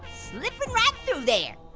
slipping right through there.